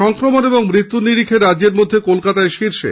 সংক্রমণ এবং মৃত্যুর নিরিখে রাজ্যের মধ্যে কলকাতাই শীর্ষে